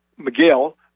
Miguel